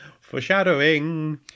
Foreshadowing